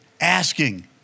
asking